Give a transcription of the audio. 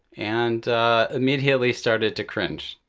and immediately started to cringe.